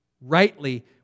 Rightly